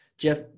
Jeff